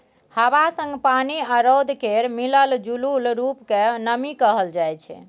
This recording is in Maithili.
हबा संग पानि आ रौद केर मिलल जूलल रुप केँ नमी कहल जाइ छै